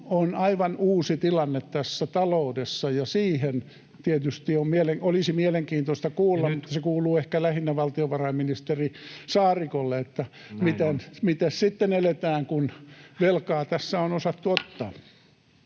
on aivan uusi tilanne taloudessa, ja siihen tietysti olisi mielenkiintoista kuulla, vaikka se kuuluu ehkä lähinnä valtiovarainministeri Saarikolle, miten sitten eletään, kun velkaa tässä on osattu ottaa.